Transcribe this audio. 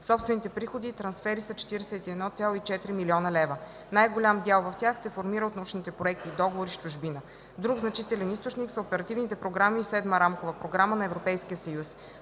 Собствените приходи и трансфери са 41,4 млн. лв. Най-голям дял в тях се формира от научните проекти и договори с чужбина. Друг значителен източник са оперативните програми и Седма рамкова програма на ЕС. През